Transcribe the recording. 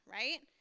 right